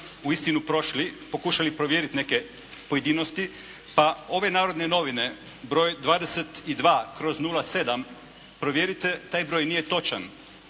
uistinu prošli, pokušali provjeriti neke pojedinosti. Pa ove "Narodne novine" broj 22/07. provjerite, taj broj nije točan.